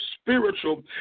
spiritual